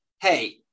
hey